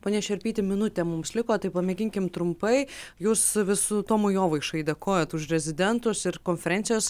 pone šerpyti minutė mums liko tai pamėginkim trumpai jūs vis tomui jovaišai dėkojat už rezidentus ir konferencijos